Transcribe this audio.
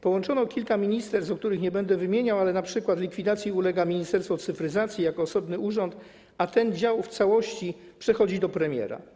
Połączono kilka ministerstw, których nie będę wymieniał, ale np. likwidacji ulega Ministerstwo Cyfryzacji jako osobny urząd, a ten dział w całości przechodzi do premiera.